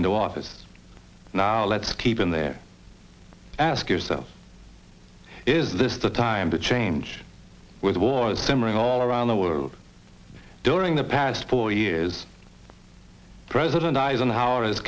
into office now let's keep in there ask yourself is this the time to change with war simmering all around the world during the past four years president eisenhower has